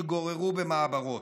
שהתגוררו במעברות.